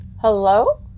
Hello